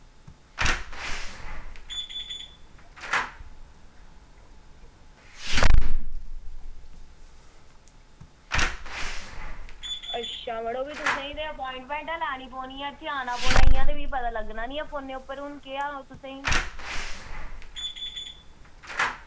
अच्छा ते भी मड़ो तुसेंगी अप्वाईनमेंट गै लैनी पौनी ऐ ते इत्थें गै आना पौना इंया ते पता लग्गना नी ऐ फोनै उप्पर हून केह् आक्खां तुसेंगी